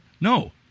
No